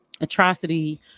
atrocity